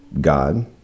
God